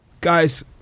guys